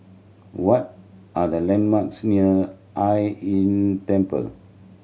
what are the landmarks near Hai Inn Temple